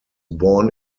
born